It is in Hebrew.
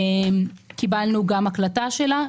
קיבלנו גם הקלטה שלה.